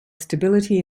stability